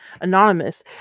anonymous